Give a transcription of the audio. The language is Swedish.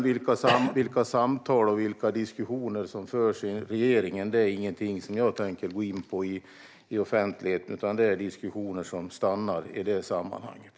Vilka samtal och diskussioner som förs inom regeringen är dock ingenting jag tänker gå in på i offentligheten, utan det är diskussioner som stannar i det sammanhanget.